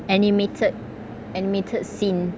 animated animated scene